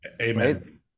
Amen